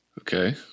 Okay